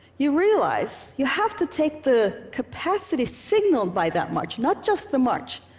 you realize you have to take the capacity signaled by that march, not just the march,